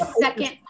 second